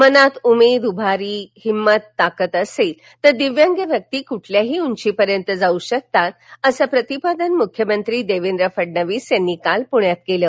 मनात उमेद उभारी हिंमत ताकद असली तर दिव्यांग व्यक्ती कुठल्याही उंचीपर्यंत जाऊ शकतात असं प्रतिपादन मुख्यमंत्री देवेंद्र फडणवीस यांनी काल पुण्यात केलं